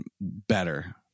better